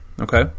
Okay